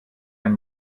ein